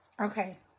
Okay